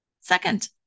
Second